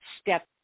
step